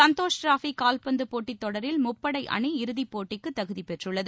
Santhosh trophy கால்பந்து போட்டித் தொடரில் முப்படை அணி இறுதிப் போட்டிக்கு தகுதி பெற்றுள்ளது